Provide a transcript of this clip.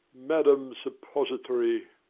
madam suppository.